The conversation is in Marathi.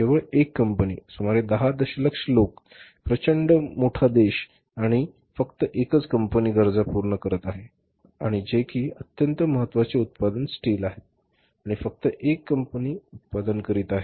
केवळ एक कंपनी सुमारे दहा दशलक्ष लोक प्रचंड देश मोठा देश आणि फक्त एकच कंपनी गरजा पूर्ण करीत आहे आणि जे कि अत्यंत महत्त्वाचे उत्पादन स्टील आहे आणि फक्त एक कंपनी उत्पादन करीत आहे